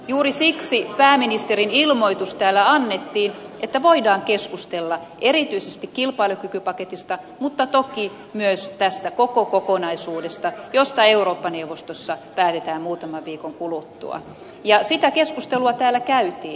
juuri siksi pääministerin ilmoitus täällä annettiin että voidaan keskustella erityisesti kilpailukykypaketista mutta toki myös tästä koko kokonaisuudesta josta eurooppa neuvostossa päätetään muutaman viikon kuluttua ja sitä keskustelua täällä käytiin